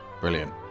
Brilliant